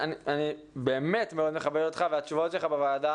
אני באמת מאוד מכבד אותך והתשובות שלך בוועדה